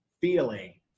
feeling